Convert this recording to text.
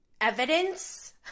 evidence